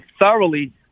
thoroughly